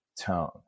tone